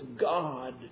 God